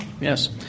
Yes